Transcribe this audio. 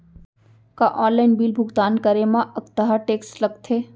का online bill भुगतान करे मा अक्तहा टेक्स लगथे?